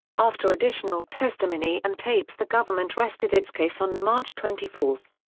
after additional testimony and tapes the government rested its case on march twenty four.